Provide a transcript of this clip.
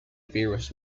various